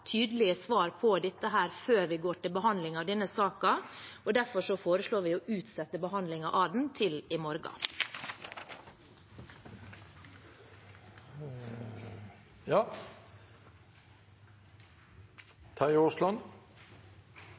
på dette før vi går til behandling av denne saken. Derfor foreslår vi å utsette behandlingen av den til i morgen.